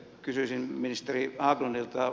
kysyisin ministeri haglundilta